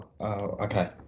okay